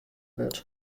wurdt